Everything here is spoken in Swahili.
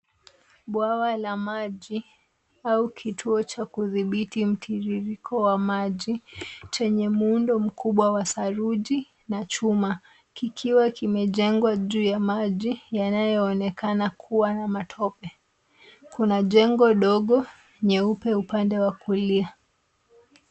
Bwawa la maji au kituo cha kudhibiti mtiririko wa maji chenye muundo mkubwa wa saruji na chuma kikiwa kimejengwa juu ya maji yanayoonekana kuwa na matope. Kuna jengo dogo nyeupe upande wa kulia.